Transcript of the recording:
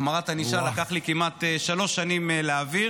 החמרת ענישה לקח לי כמעט שלוש שנים להעביר.